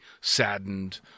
saddened